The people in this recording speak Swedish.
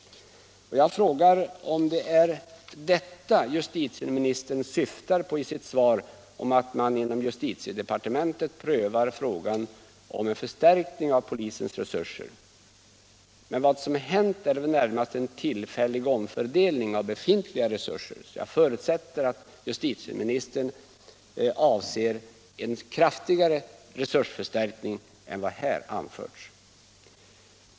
Jag frågar om det är detta justitieministern syftar på i sitt svar när han säger att man inom justitiedepartementet prövar frågan om en förstärkning av polisens resurser. Vad som hänt är närmast att det skett en omfördelning av befintliga resurser. Jag förutsätter att justitieministern avser en kraftigare resursförstärkning än vad som här anförts.